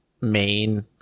main